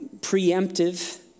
preemptive